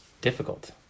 difficult